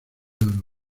oro